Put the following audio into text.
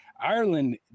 ireland